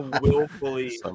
willfully